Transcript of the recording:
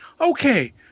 Okay